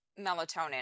melatonin